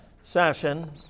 session